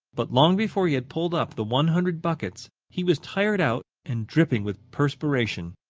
but long before he had pulled up the one hundred buckets, he was tired out and dripping with perspiration.